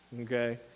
okay